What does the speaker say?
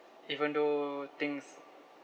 even though things